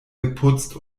geputzt